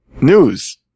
news